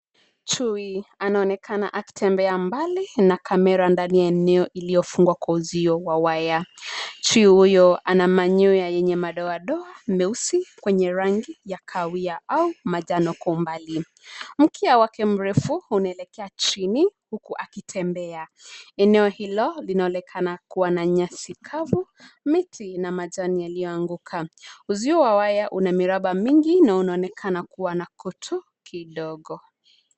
Chui anaonekana akitembea mbali na kamera, ndani ya eneo iliyofungwa kwa uzio wa waya. Chui huyo ana manyoya yenye madoadoa meusi kwenye rangi ya kahawia au manjano kwa umbali. Mkia wake mrefu unaelekea chini huku akitembea. Eneo hilo linaonekana kuwa na nyasi kavu, miti na majani yaliyoanguka. Uzio wa waya una miraba mingi na unaonekana kuwa na kutu kidogo.